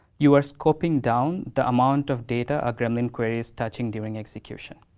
you are scoping down the amount of data a gremlin query is touching during execution.